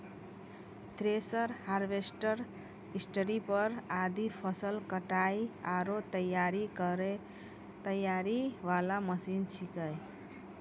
thresher, harvester, स्टारीपर आदि फसल कटाई आरो तैयारी वाला मशीन छेकै